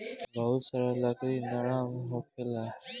बहुत सारा लकड़ी नरम होखेला